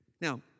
Now